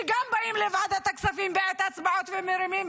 שגם באים לוועדת הכספים בעת הצבעות ומרימים